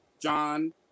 John